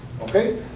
Okay